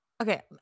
okay